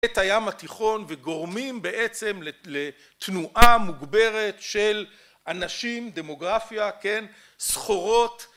את הים התיכון וגורמים בעצם לתנועה מוגברת של אנשים, דמוגרפיה, כן? סחורות